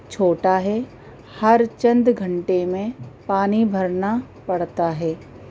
چھوٹا ہے ہر چند گھنٹے میں پانی بھرنا پڑتا ہے